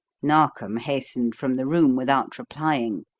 narkom hastened from the room without replying.